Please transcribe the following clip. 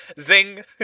Zing